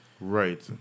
Right